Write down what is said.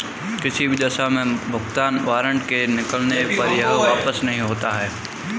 किसी भी दशा में भुगतान वारन्ट के निकलने पर यह वापस नहीं होता है